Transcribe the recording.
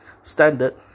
standard